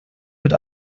mit